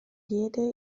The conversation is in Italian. diede